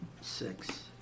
six